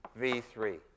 v3